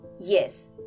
Yes